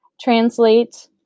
translate